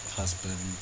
husband